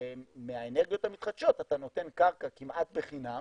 ומהאנרגיות המתחדשות אתה נותן קרקע כמעט בחינם